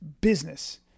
business